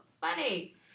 funny